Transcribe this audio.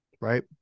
right